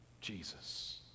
Jesus